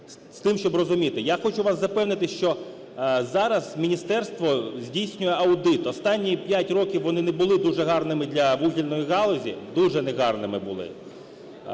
Я хочу вас запевнити, що зараз міністерство здійснює аудит. Останні 5 років вони не були дуже гарними для вугільної галузі, дуже негарними були.